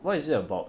what is it about